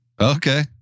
Okay